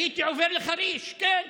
הייתי עובר לחריש, כן,